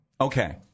Okay